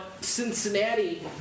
Cincinnati